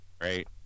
right